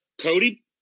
Cody